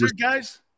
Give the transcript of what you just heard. guys